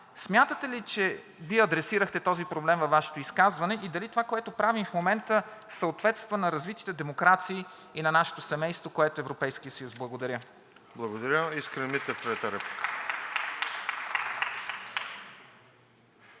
смятате ли, че Вие адресирахте този проблем във Вашето изказване и дали това, което правим в момента, съответства на развитите демокрации и на нашето семейство, което е Европейският съюз? Благодаря. (Ръкопляскания от